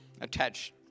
Attached